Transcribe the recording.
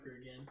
again